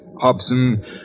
Hobson